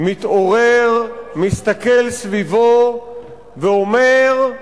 מתעורר, מסתכל סביבו ואומר: